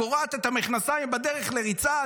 קורעת את המכנסיים בדרך לריצה,